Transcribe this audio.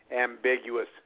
ambiguous